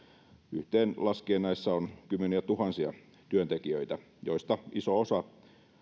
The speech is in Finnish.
yhteen laskien näissä on kymmeniätuhansia työntekijöitä joista iso osa